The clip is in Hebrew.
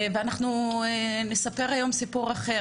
ואנחנו נספר היום סיפור אחר,